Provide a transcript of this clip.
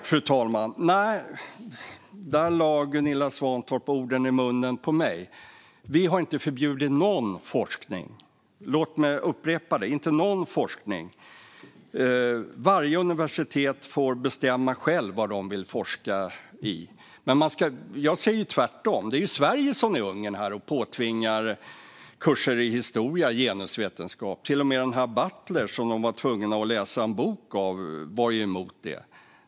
Fru talman! Nej, där lade Gunilla Svantorp ord i munnen på mig. Vi har inte förbjudit någon forskning. Låt mig upprepa det: inte någon forskning. Varje universitet får självt bestämma vad man vill forska i. Jag säger tvärtom: Det är ju Sverige som är Ungern här och påtvingar kurser i historia genusvetenskap. Till och med den här Butler, som de var tvungna att läsa en bok av, var emot det.